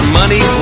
money